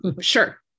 Sure